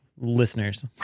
listeners